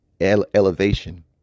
elevation